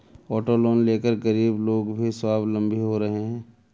auto loan लेकर गरीब लोग भी स्वावलम्बी हो रहे हैं